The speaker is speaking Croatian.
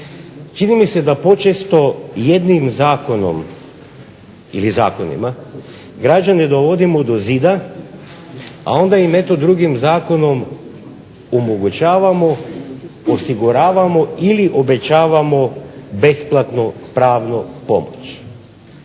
Čini mi se da počesto jednim zakonom ili zakonima građane dovodimo do zida, a onda im eto drugim zakonom omogućavamo, osiguravamo ili obećavamo besplatnu pravnu pomoć.